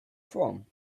from